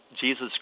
Jesus